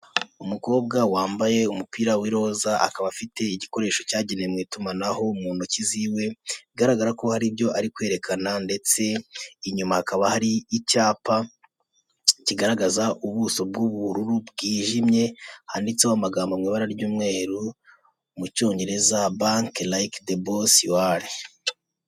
Umukobwa wambaye umupira w'iroza akaba afite igikoresho cyagenewe itumanaho mu ntoki z'iwe, bigaragara ko haribyo ari kwerekana ndetse inyuma hakaba hari icyapa, kigaragaza ubuso b'ubururu bwijimye handitseho amagambo mu ibara ry'umweru mu cyongereza bake rike de bosi yuware.